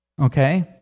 Okay